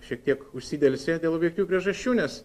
šiek tiek užsidelsė dėl objektyvių priežasčių nes